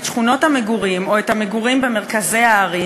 שכונות המגורים או את המגורים במרכזי הערים,